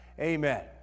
Amen